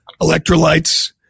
electrolytes